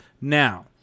Now